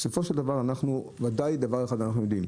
בסופו של דבר ודאי דבר אחד אנחנו יודעים,